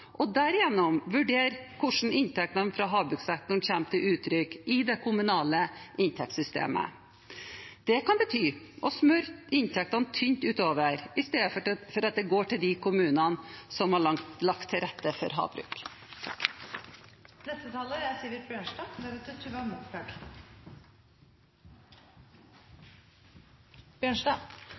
og derigjennom vurdere hvordan inntektene fra havbrukssektoren kommer til uttrykk i det kommunale inntektssystemet. Det kan bety å smøre inntektene tynt utover, i stedet for at dette går til de kommunene som har lagt til rette for havbruk.